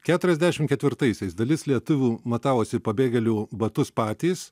keturiasdešim ketvirtaisiais dalis lietuvių matavosi pabėgėlių batus patys